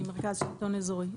מרכז השלטון האזורי.